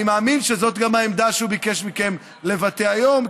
אני מאמין שזו גם העמדה שהוא ביקש מכם לבטא היום,